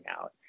out